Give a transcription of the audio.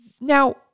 Now